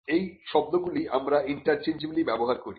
এই শব্দগুলি আমরা ইন্টারচেঞ্জব্লি ব্যবহার করি